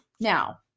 now